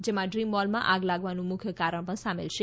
જેમાં ડ્રીમ મોલમાં આગ લાગવાનું મુખ્ય કારણ પણ સામેલ છે